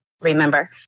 remember